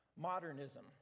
modernism